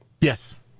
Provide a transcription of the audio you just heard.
yes